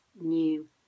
new